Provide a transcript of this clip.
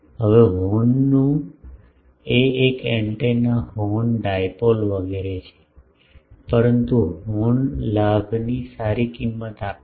હવે હોર્નનું હોર્ન એ એક એન્ટેના હોર્ન ડાયપોલ વગેરે છે પરંતુ હોર્ન લાભની સારી કિંમત આપે છે